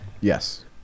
Yes